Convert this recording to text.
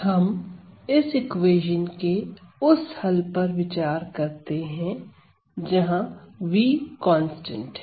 हम इस इक्वेशन के उस हल पर विचार करते हैं जहां v कांस्टेंट है